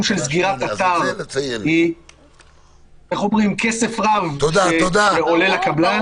של סגירת אתר היא כסף רב שעולה לקבלן,